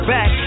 Back